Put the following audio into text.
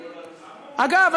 אגב,